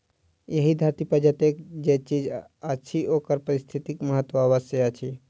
एहि धरती पर जतेक जे चीज अछि ओकर पारिस्थितिक महत्व अवश्य अछि